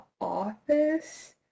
office